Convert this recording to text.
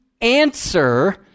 answer